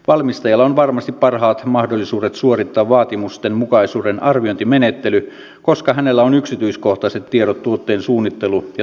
valmistajalla on varmasti parhaat mahdollisuudet suorittaa vaatimustenmukaisuuden arviointimenettely koska hänellä on yksityiskohtaiset tiedot tuotteen suunnittelu ja tuotantoprosessista